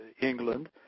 England